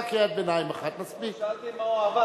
במה הוא עבד?